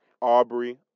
Aubrey